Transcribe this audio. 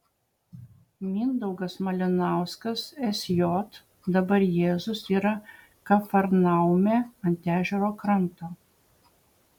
mindaugas malinauskas sj dabar jėzus yra kafarnaume ant ežero kranto